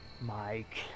Mike